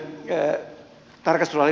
tähän liittyen